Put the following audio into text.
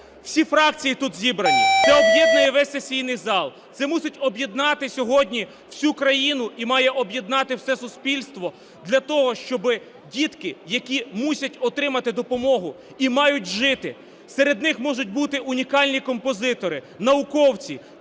Всі фракції тут зібрані, це об'єднує весь сесійний зал. Це мусить об'єднати сьогодні всю країну, і має об'єднати все суспільство для того, щоб дітки, які мусять отримати допомогу, мають жити. Серед них можуть бути унікальні композитори, науковці,